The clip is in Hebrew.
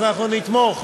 אנחנו נתמוך.